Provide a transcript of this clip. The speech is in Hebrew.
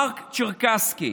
מרק צ'רקסקי,